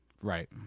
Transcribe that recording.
right